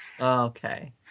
Okay